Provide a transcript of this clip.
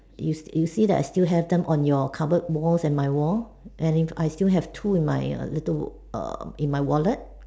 you you see that I still have them on your cupboard walls and my wall and I still have two in my little err in my wallet